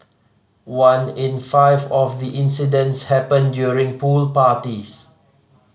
one in five of the incidents happened during pool parties